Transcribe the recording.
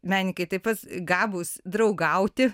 menininkai taip pat gabūs draugauti